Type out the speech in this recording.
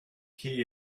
key